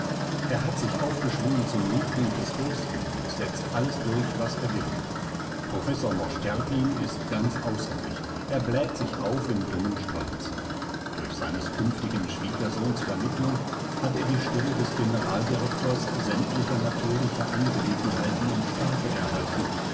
er hat sich aufgeschwungen zum liebling des fürsten und setzt alles durch was er will professor mosch terpin ist ganz außer sich er bläht sich auf im dummen stolz durch seines künftigen schwiegersohns vermittlung hat er die stelle des generaldirektors sämtlicher natürlicher angelegenheiten im staate erhalten